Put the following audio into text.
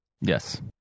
yes